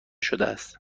شدهاست